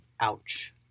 Ouch